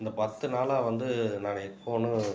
இந்த பத்து நாளாக வந்து நான் ஹெட்ஃபோனு